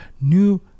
new